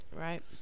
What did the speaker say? Right